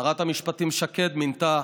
שרת המשפטים שקד מינתה